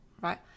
right